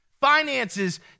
Finances